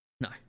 No